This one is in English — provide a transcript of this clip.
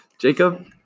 Jacob